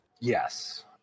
yes